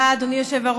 תודה, אדוני היושב-ראש.